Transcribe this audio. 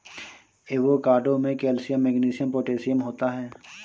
avocado में calcium magnesium potassium होता है